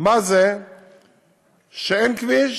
מה זה שאין כביש,